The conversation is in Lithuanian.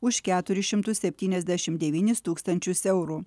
už keturis šimtus septyniasdešim devynis tūkstančius eurų